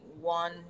one